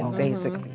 um basically.